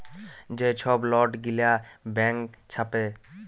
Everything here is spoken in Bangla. যে ছব লট গিলা ব্যাংক ছাপে